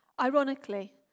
Ironically